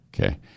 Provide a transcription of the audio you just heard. Okay